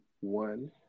one